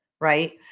right